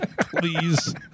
please